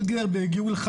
גיור